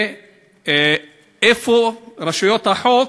ואיפה רשויות החוק,